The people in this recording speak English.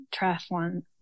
triathlon